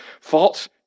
false